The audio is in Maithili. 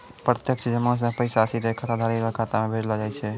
प्रत्यक्ष जमा से पैसा सीधे खाताधारी रो खाता मे भेजलो जाय छै